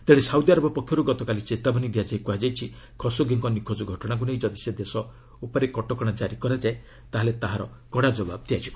ତେଣେ ସାଉଦିଆରବ ପକ୍ଷରୁ ଗତକାଲି ଚେତାବନୀ ଦିଆଯାଇ କୁହାଯାଇଛି ଖସୋଗିଙ୍କ ନିଖୋଜ ଘଟଣାକୁ ନେଇ ଯଦି ସେ ଦେଶ ଉପରେ କଟକଣା ଜାରି କରାଯାଏ ତା'ହେଲେ ତାର କଡ଼ା ଜବାବ ଦିଆଯିବ